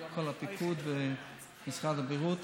כל הפיקוד, ומשרד הבריאות.